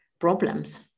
problems